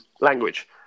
language